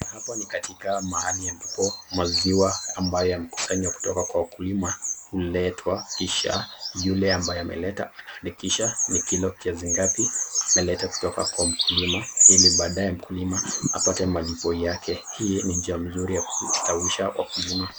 Hapa ni katika mahali ambapo maziwa ambayo yamekusanywa kutoka kwa wakulima huletwa kisha yule ambaye ameleta anaandikisha ni kilo kiasi ngapi ameleta kutoka kwa mkulima ili baadaye mkulima apate malipo yake. Hii ni njia nzuri ya kustawisha wakulima.